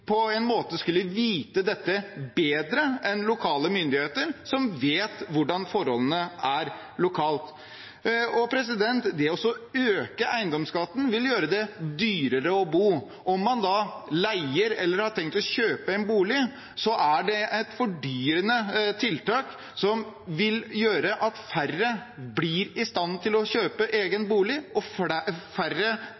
på en måte skulle vite dette bedre enn lokale myndigheter, som vet hvordan forholdene er lokalt. Det å øke eiendomsskatten vil gjøre det dyrere å bo. Om man da leier eller har tenkt å kjøpe en bolig, er det et fordyrende tiltak, som vil gjøre at færre blir i stand til å kjøpe egen